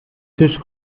tisch